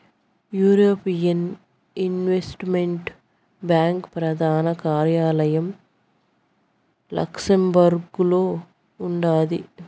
European investment bank ప్రదాన కార్యాలయం లక్సెంబర్గులో ఉండాది